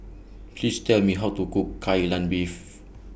Please Tell Me How to Cook Kai Lan Beef